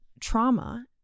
trauma